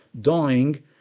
dying